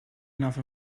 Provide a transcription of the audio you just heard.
ناف